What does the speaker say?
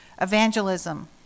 Evangelism